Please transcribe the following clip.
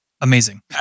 amazing